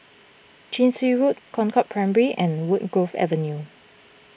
Chin Swee Road Concord Primary and Woodgrove Avenue